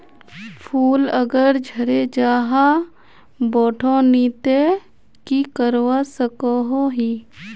फूल अगर झरे जहा बोठो नी ते की करवा सकोहो ही?